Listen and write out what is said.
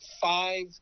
five